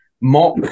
mock